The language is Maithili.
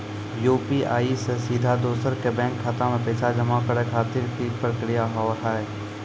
यु.पी.आई से सीधा दोसर के बैंक खाता मे पैसा जमा करे खातिर की प्रक्रिया हाव हाय?